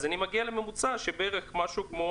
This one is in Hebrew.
אז אני מגיע לממוצע של בערך משהו כמו